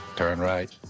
turn right.